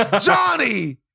Johnny